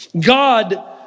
God